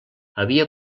havia